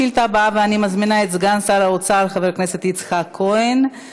אני מאוד מקווה שהמאבק הזה יצליח וימנע פיטורי עובדים.